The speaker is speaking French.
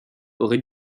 aurait